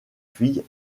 fille